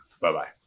Bye-bye